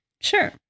Sure